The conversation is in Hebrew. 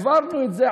העברנו את זה.